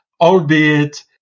albeit